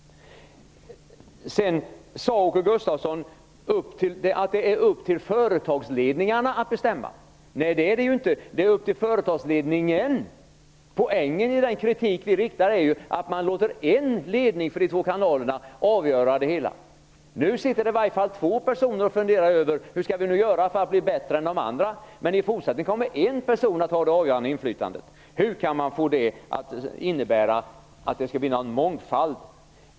Sedan sade Åke Gustavsson att det är upp till företagsledningarna att bestämma. Det är det ju inte. Det är upp till företagsledningen. Poängen i den kritik vi riktar mot detta är ju att man låter en ledning för de två kanalerna avgöra det hela. Nu sitter i alla fall två personer och funderar över hur de skall göra för att bli bättre än de andra. I fortsättningen kommer en person att ha det avgörande inflytandet. Hur kan man få det att innebära att det skall bli någon mångfald?